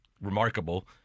remarkable